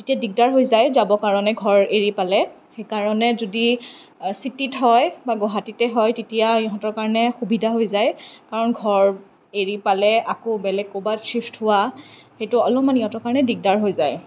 তেতিয়া দিগদাৰ হৈ যায় যাব কাৰণে ঘৰ এৰি পেলায় সেইকাৰণে যদি চিটিত হয় বা গুৱাহাটীতে হয় তেতিয়া ইহঁতৰ কাৰণে সুবিধা হৈ যায় কাৰণ ঘৰ এৰি পেলে আকৌ বেলেগ ক'ৰবাত চিফট হোৱা সেইটো অলপমান ইহঁতৰ কাৰণে দিগদাৰ হৈ যায়